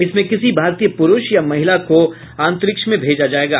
इसमें किसी भारतीय पुरूष या महिला को अंतरिक्ष में भेजा जायेगा